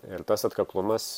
ir tas atkaklumas